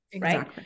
right